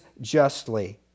justly